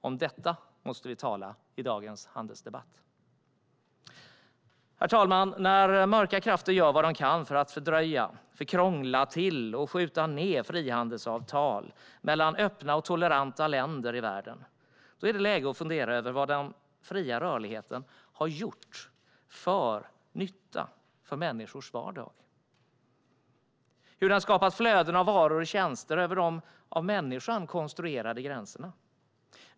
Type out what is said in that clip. Om detta måste vi tala i dagens handelsdebatt. Herr talman! När mörka krafter gör vad de kan för att fördröja, krångla till och skjuta ned frihandelsavtal mellan öppna och toleranta länder i världen är det läge att fundera över vilken nytta den fria rörligheten har gjort för människors vardag. Den har skapat flöden av varor och tjänster över de av människan konstruerade gränserna.